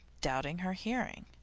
doubting her hearing.